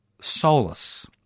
solace